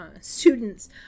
students